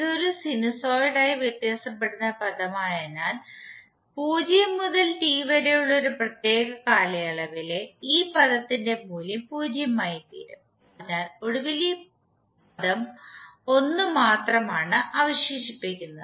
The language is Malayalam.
ഇത് ഒരു സിനുസോയിഡായി വ്യത്യാസപ്പെടുന്ന പദമായതിനാൽ 0 മുതൽ ടി വരെയുള്ള ഒരു പ്രത്യേക കാലയളവിലെ ഈ പദത്തിന്റെ മൂല്യം 0 ആയിത്തീരും അതിനാൽ ഒടുവിൽ ഈ പദം 1 മാത്രമാണ് അവശേഷിപ്പിക്കുന്നത്